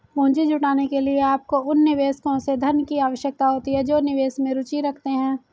पूंजी जुटाने के लिए, आपको उन निवेशकों से धन की आवश्यकता होती है जो निवेश में रुचि रखते हैं